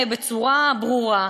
בצורה ברורה,